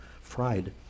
fried